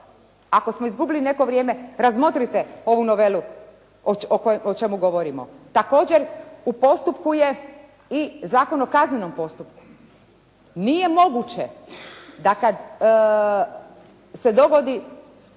ako smo izgubili neko vrijeme, razmotrite ovu novelu o čemu govorimo. Također u postupku je i Zakon o kaznenom postupku. Nije moguće da kad se dogodi